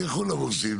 תלכו למורשים.